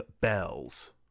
bells